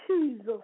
Jesus